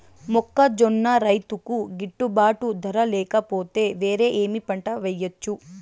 మొక్కజొన్న రైతుకు గిట్టుబాటు ధర లేక పోతే, వేరే ఏమి పంట వెయ్యొచ్చు?